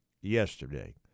yesterday